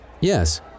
yes